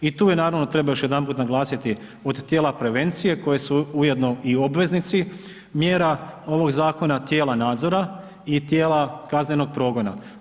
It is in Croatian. I tu je naravno, treba još jedanput naglasiti, od tijela prevencije koje su ujedno i obveznici mjera ovog Zakona, tijela nadzora i tijela kaznenog progona.